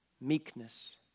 Meekness